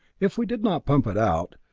if we did not pump it out,